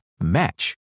match